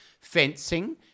fencing